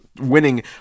winning